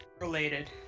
related